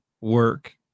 work